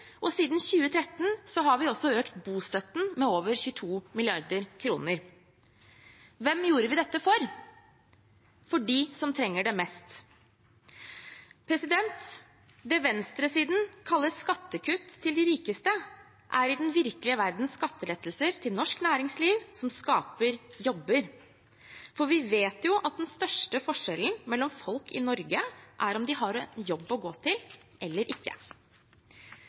Siden 2013 har vi også økt bostøtten med over 22 mrd. kr. Hvem gjorde vi dette for? Vi gjorde det for dem som trenger det mest. Det venstresiden kaller skattekutt til de rikeste, er i den virkelige verden skattelettelser til norsk næringsliv, som skaper jobber. For vi vet jo at den største forskjellen på folk i Norge er om de har en jobb å gå til eller ikke.